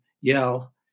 yell